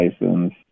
license